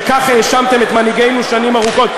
שכך האשמתם את מנהיגנו שנים ארוכות,